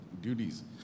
Duties